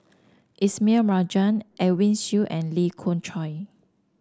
Ismail Marjan Edwin Siew and Lee Khoon Choy